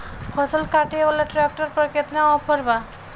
फसल काटे वाला ट्रैक्टर पर केतना ऑफर बा?